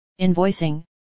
invoicing